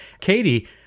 Katie